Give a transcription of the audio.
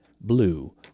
blue